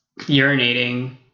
urinating